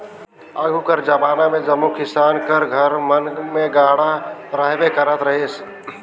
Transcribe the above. आघु कर जबाना मे जम्मो किसान कर घर मन मे गाड़ा रहबे करत रहिस